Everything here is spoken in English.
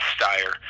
Steyer